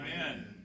Amen